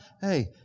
Hey